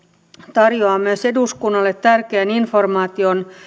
tarjoaa myös eduskunnalle tärkeän informaation